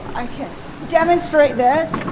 i can demonstrate this.